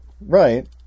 right